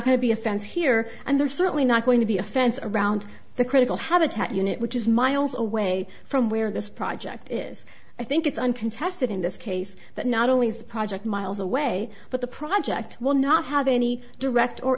going to be a fence here and there certainly not going to be a fence around the critical habitat unit which is miles away from where this project is i think it's uncontested in this case that not only is the project miles away but the project will not have any direct or